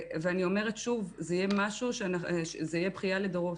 ואני אומרת שוב, זו תהיה בכייה לדורות.